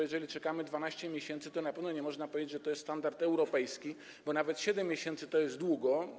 Jeżeli czekamy 12 miesięcy, to na pewno nie można powiedzieć, że to jest standard europejski, bo nawet 7 miesięcy to jest długo.